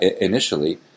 initially